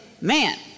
man